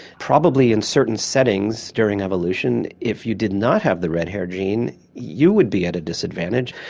probably in certain settings during evolution if you did not have the read hair gene you would be at a disadvantage.